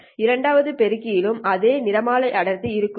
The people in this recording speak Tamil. இரண்டாவது பெருக்கியிலும் அதே நிறமாலை அடர்த்தி இருக்குமா